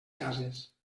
cases